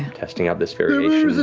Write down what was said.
testing out this variation